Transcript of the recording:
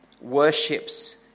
worships